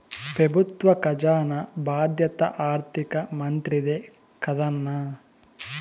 పెబుత్వ కజానా బాధ్యత ఆర్థిక మంత్రిదే కదన్నా